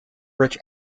rich